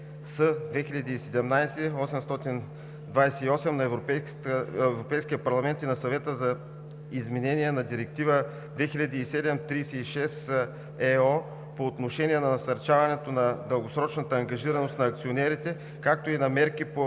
2017/828 на Европейския парламент и на Съвета за изменение на Директива 2007/36/ЕО по отношение на насърчаването на дългосрочната ангажираност на акционерите, както и на мерки по